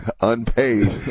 unpaid